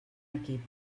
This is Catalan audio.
equip